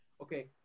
okay